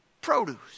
produce